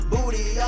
Booty